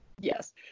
Yes